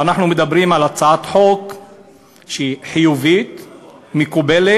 אנחנו מדברים על הצעת חוק שהיא חיובית, מקובלת,